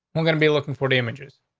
we're gonna be looking for the images.